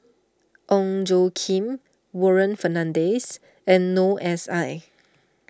Ong Tjoe Kim Warren Fernandez and Noor S I